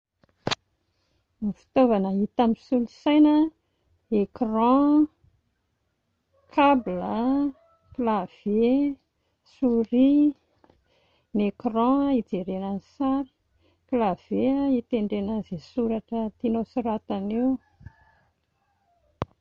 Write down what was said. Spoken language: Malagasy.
Ny fitaovana hita amin'ny solosaina écran, cable, clavier, souris, ny écran hijerena ny sary, ny clavier hitendrena an'izay soratra tianao ho soratana eo